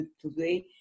today